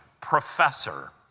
professor